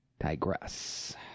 digress